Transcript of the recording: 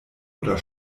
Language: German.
oder